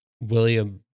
William